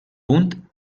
punt